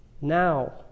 now